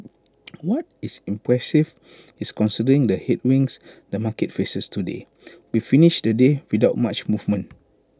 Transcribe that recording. what is impressive is considering the headwinds the market faces today we finished the day without much movements